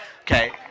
Okay